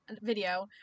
video